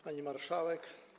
Pani Marszałek!